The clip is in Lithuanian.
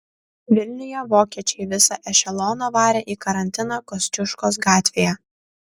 vilniuje vokiečiai visą ešeloną varė į karantiną kosciuškos gatvėje